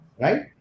right